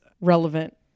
relevant